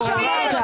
תסביר, קלנר.